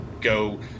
go